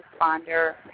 responder